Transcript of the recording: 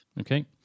Okay